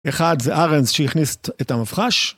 אחד זה ארנס שהכניס את המפח"ש.